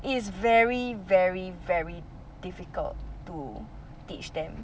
it's very very very difficult to teach them